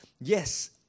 Yes